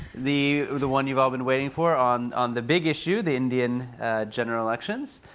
the the one you've all been waiting for on on the big issue, the indian general elections.